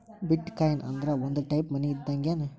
ಬಿಟ್ coin ಅಂದ್ರ ಒಂದ type money ಇದ್ದಂಗ್ಗೆನ್